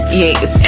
yes